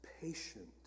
patient